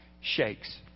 shakes